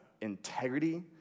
integrity